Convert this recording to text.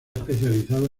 especializado